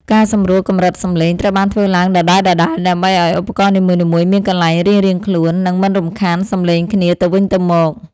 ការសម្រួលកម្រិតសំឡេង ត្រូវបានធ្វើឡើងដដែលៗ ដើម្បីឱ្យឧបករណ៍នីមួយៗមានកន្លែងរៀងៗខ្លួន និងមិនរំខានសំឡេងគ្នាទៅវិញទៅមក។